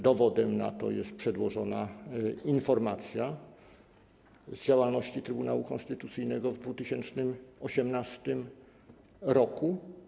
Dowodem na to jest przedłożona informacja z działalności Trybunału Konstytucyjnego w 2018 r.